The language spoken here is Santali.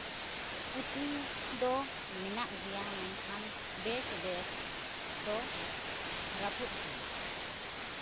ᱯᱩᱛᱷᱤ ᱫᱚ ᱢᱮᱱᱟᱜ ᱜᱮᱭᱟ ᱢᱮᱱ ᱠᱷᱟᱱ ᱵᱮᱪ ᱰᱮᱠᱥ ᱫᱚ ᱨᱟᱹᱯᱩᱫ ᱜᱮᱭᱟ